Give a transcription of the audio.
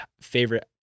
favorite